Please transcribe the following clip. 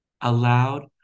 allowed